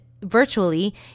virtually